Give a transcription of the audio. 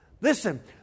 Listen